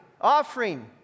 offering